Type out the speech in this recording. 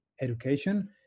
education